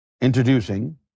introducing